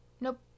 Nope